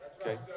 Okay